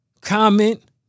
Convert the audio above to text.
comment